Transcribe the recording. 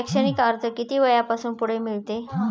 शैक्षणिक कर्ज किती वयापासून पुढे मिळते?